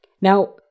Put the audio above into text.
Now